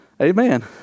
Amen